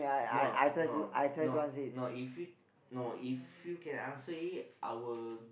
no no no no if you no if you can answer it I will